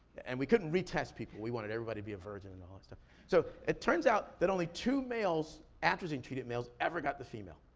and we couldn't retest people, we wanted everybody to be a virgin. and ah so so, it turns out that only two males, atrazine-treated males, ever got the female.